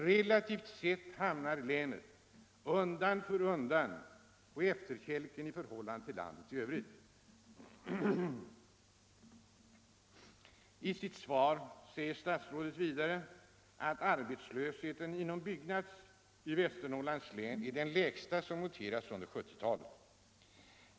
Relativt sett kommer länet undan för undan på efterkälken i förhållande till landet i övrigt. I sitt svar säger statsrådet vidare att arbetslösheten inom byggsektorn är den lägsta som noterats under 1970-talet.